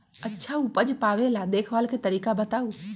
अच्छा उपज पावेला देखभाल के तरीका बताऊ?